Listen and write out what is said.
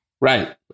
Right